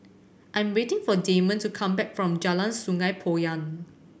I'm waiting for Damon to come back from Jalan Sungei Poyan